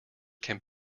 can